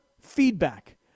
feedback